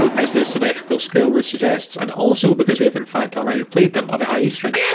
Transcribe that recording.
as the symmetrical scale rule suggest and also, because we have in fact already played then on the high e string!